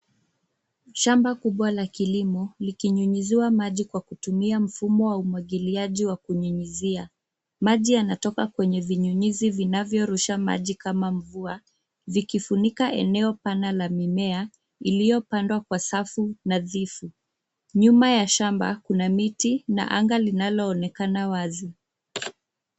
Shamba kubwa la kilimo, likinyunyiziwa maji kwa kutumia mfumo wa umwagiliaji wa kunyunyizia. Maji yanatoka kwenye vinyunyizi vinavyorusha maji kama mvua, vikifunika eneo pana la mimea, iliyopandwa kwa safu nadhifu. Nyuma ya shamba, kuna miti na anga linaloonekana wazi.